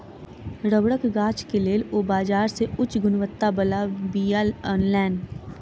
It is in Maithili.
रबड़क गाछ के लेल ओ बाजार से उच्च गुणवत्ता बला बीया अनलैन